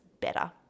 better